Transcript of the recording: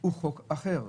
היום יש מפלגות אחרות.